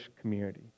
community